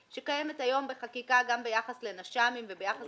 שקיימת היום בחקיקה גם ביחס לנש"מים וביחס